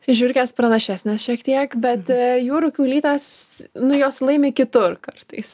žiurkės pranašesnės šiek tiek bet jūrų kiaulytės nu jos laimi kitur kartais